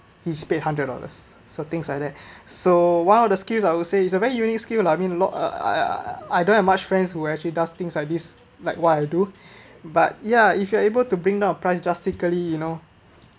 he's pay hundred dollars so things like that so one of the skills I would say it's a very unique skill lah I mean lots I I don't have much friends who actually does things like this like what I do but ya if you are able to bring down a price drastically you know